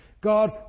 God